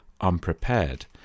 unprepared